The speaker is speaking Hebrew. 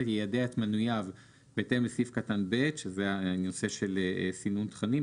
יידע את מנוייו בהתאם לסעיף קטן (ב) שזה הנושא של סינון תכנים,